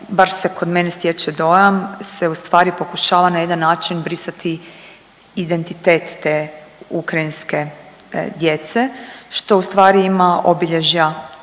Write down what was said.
bar se kod mene stječe dojam se ustvari pokušava na jedan način brisati identitet te ukrajinske djece što ustvari ima obilježja